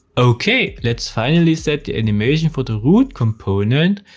ok, let's finally set the animation for the root component,